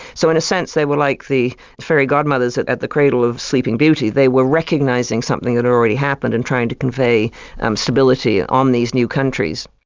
so in a sense they were like the fairy godmothers at at the cradle of sleeping beauty, they were recognising something had already happened, and trying to convey um stability on these new countries.